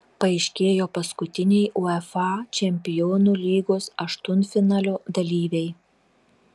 paaiškėjo paskutiniai uefa čempionų lygos aštuntfinalio dalyviai